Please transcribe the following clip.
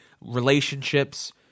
relationships